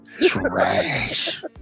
Trash